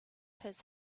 his